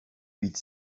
huit